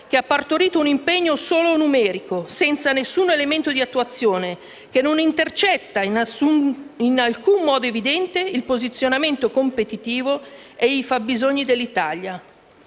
che ha partorito un impegno solo numerico, senza alcun elemento di attuazione, e che non intercetta in alcun modo evidente il posizionamento competitivo e i fabbisogni dell'Italia.